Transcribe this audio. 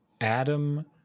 Adam